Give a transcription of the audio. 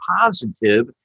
positive